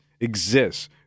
exists